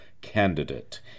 candidate